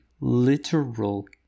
literal